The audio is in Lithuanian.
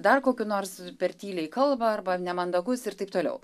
dar kokiu nors per tyliai kalba arba ar nemandagus ir taip toliau